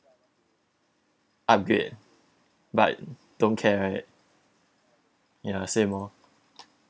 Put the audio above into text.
upgrade but don't care right ya same oh